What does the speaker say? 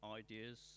ideas